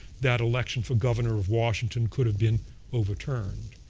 that election for governor of washington could have been overturned.